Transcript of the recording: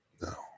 No